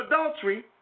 adultery